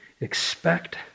expect